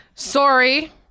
Sorry